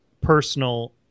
personal